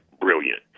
brilliant